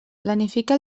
planifica